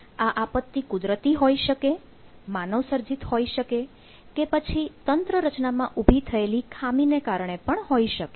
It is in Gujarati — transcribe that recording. આ આપત્તિ કુદરતી હોઈ શકે માનવસર્જિત હોઈ શકે કે પછી તંત્ર રચનામાં ઊભી થયેલી ખામીને કારણે પણ હોઈ શકે